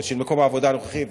או מקום העבודה הנוכחי,